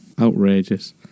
outrageous